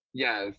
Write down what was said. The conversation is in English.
Yes